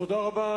תודה רבה.